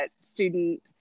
student